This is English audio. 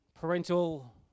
parental